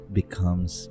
becomes